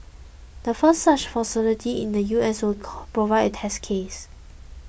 the first such facility in the U S will call provide a test case